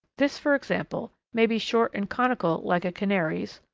this, for example, may be short and conical like a canary's,